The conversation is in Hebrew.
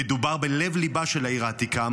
"מדובר בלב-ליבה של העיר העתיקה",